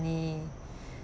money